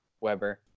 Weber